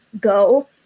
go